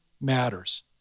matters